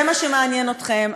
זה מה שמעניין אתכם.